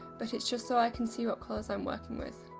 but it's just so i can see what colours i'm working with.